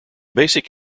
basic